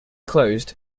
closed